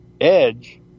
edge